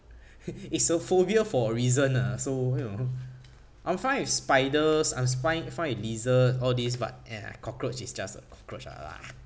it's a phobia for a reason ah so you know I'm fine spiders I'm fine with lizards all these but cockroach is just a cockroach